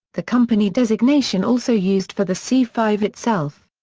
the company designation also used for the c five itself.